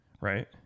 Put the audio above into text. right